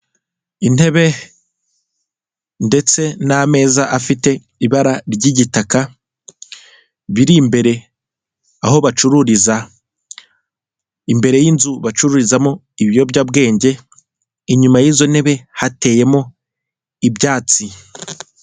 Intebe ndetse n'ameza afite ibara ry'igitaka biri imbere aho bacururiza imbere y'inzu bacururizamo ibiyobyabwenge inyuma y'izo ntebe hateyemo ibyatsi.